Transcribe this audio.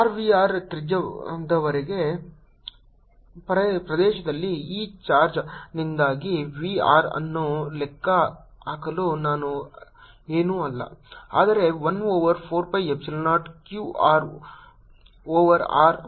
r v r ತ್ರಿಜ್ಯದವರೆಗಿನ ಪ್ರದೇಶದಲ್ಲಿ ಈ ಚಾರ್ಜ್ನಿಂದಾಗಿ v r ಅನ್ನು ಲೆಕ್ಕಹಾಕಲು ಏನೂ ಅಲ್ಲ ಆದರೆ 1 over 4 pi epsilon 0 Q r over r